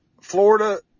Florida